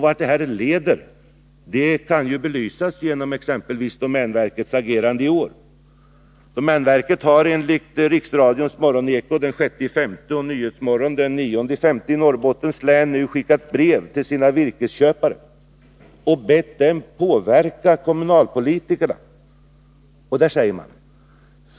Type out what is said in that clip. Vart detta leder kan belysas genom exempelvis domänverkets agerande i år. Domänverket har, enligt riksradions morgoneko den 6 maj och programmet nyhetsmorgon den 9 maj i Norrbottens län nu skickat brev till sina virkesköpare och bett dem påverka kommunpolitikerna.